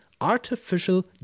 artificial